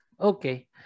Okay